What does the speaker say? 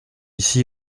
ici